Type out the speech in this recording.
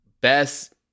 best